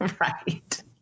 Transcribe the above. Right